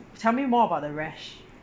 tell me more about the rash